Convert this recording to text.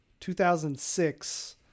2006